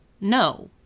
no